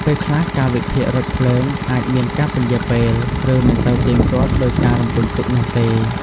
ពេលខ្លះ កាលវិភាគរថភ្លើងអាចមានការពន្យារពេល ឬមិនសូវទៀងទាត់ដូចការរំពឹងទុកនោះទេ។